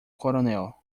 coronel